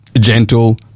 gentle